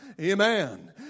Amen